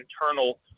internal